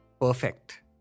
perfect